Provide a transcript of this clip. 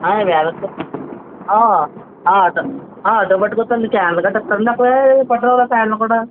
van వేసుకొచ్చానండి auto auto పాపట్టుకొస్తానండి క్యాన్లు గట్టా ఇస్తారండి పట్టుకురావలా అండి క్యాన్లు కూడా